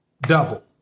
double